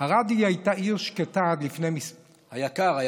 הייתה עיר שקטה עד לפני, היקר.